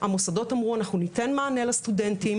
המוסדות אמרו 'אנחנו ניתן מענה לסטודנטים.